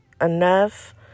enough